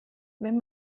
wenn